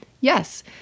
yes